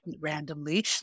randomly